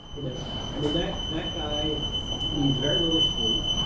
you know i mean, that that guy needs very little sleep,